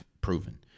proven